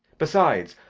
besides,